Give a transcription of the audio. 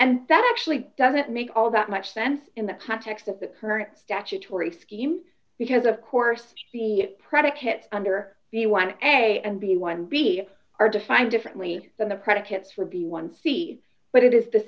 and that actually doesn't make all that much sense in the context of the current statutory scheme because of course the predicates under the want of a and b one b are defined differently than the predicate for b one c but it is the